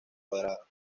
cuadrada